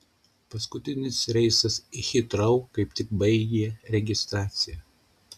paskutinis reisas į hitrou kaip tik baigė registraciją